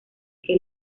que